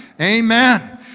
Amen